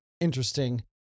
interesting